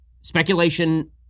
speculation